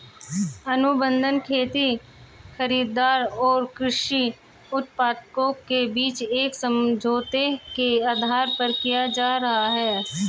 अनुबंध खेती खरीदार और कृषि उत्पादकों के बीच एक समझौते के आधार पर किया जा रहा है